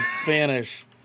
Spanish